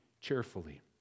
cheerfully